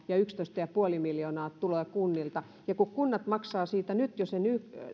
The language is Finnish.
ja yksitoista pilkku viisi miljoonaa tulee kunnilta ja kun kunnat maksavat siitä nyt jo sen